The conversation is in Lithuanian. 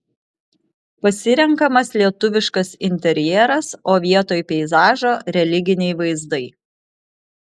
pasirenkamas lietuviškas interjeras o vietoj peizažo religiniai vaizdai